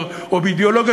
או באידיאולוגיה,